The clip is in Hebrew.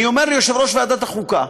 אני אומר ליושב-ראש ועדת החוקה,